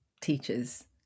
teachers